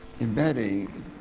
embedding